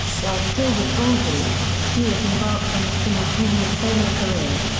while still with baldry, stewart embarked on a simultaneous solo career.